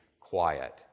quiet